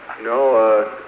No